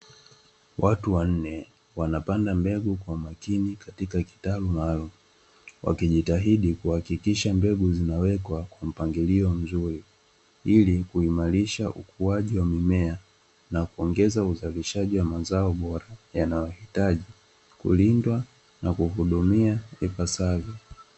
Watu wanne wanapanda mbegu katika kitalu wakiwa wanajitaidi kupanda mbegu kwa mpangilio ili kuhakikisha ukuaji wa mazao ipaswavyo